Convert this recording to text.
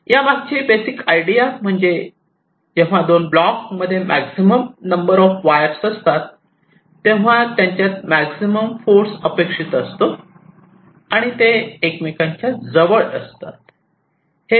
यामागचे basic idea म्हणजे जेव्हा दोन ब्लॉक मध्ये मॅक्झिमम नंबर ऑफ वायर्स असतात तेव्हा त्यांच्यात मॅक्झिमम फोर्स अपेक्षित असतो आणि ते एकमेकांच्या जवळ असतात हेच